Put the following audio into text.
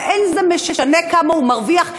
ואין זה משנה כמה הוא מרוויח,